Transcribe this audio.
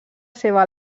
seva